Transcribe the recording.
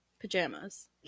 Pajamas